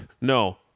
No